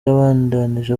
yabandanije